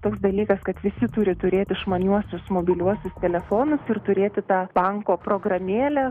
toks dalykas kad visi turi turėti išmaniuosius mobiliuosius telefonus ir turėti tą banko programėlę